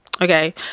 okay